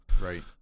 Right